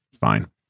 fine